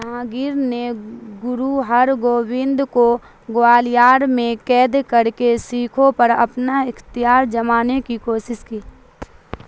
جہانگیر نے گرو ہر گووند کو گوالیار میں قید کر کے سکھوں پر اپنا اختیار جمانے کی کوشش کی